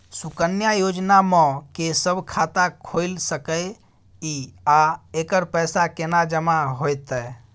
सुकन्या योजना म के सब खाता खोइल सके इ आ एकर पैसा केना जमा होतै?